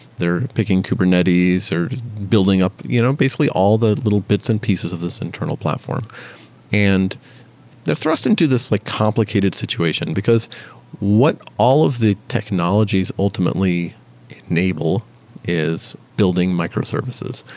they're picking kubernetes, or building up you know basically all the little bits and pieces of this internal platform and they're thrust into this like complicated situation, because what all of the technologies ultimately enable is building microservices,